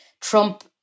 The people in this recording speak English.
Trump